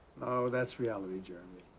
that's reality, jeremy.